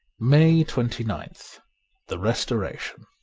may twenty ninth the restoration